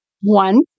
One